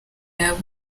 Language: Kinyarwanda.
yabo